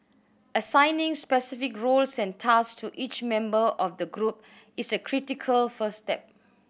assigning specific roles and task to each member of the group is a critical first step